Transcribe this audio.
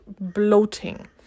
bloating